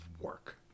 work